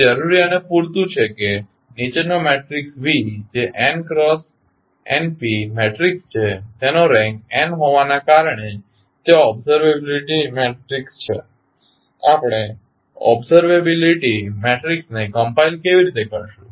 તે જરૂરી અને પૂરતું છે કે નીચેનો મેટ્રિક્સ V જે n ક્રોસ np મેટ્રિક્સ છે તેનો રેન્ક n હોવાના કારણે તે ઓબ્ઝર્વેબીલીટી મેટ્રિક્સ છે આપણે ઓબ્ઝર્વેબીલીટી મેટ્રિક્સ ને કમ્પાઇલ કેવી રીતે કરીશું